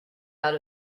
out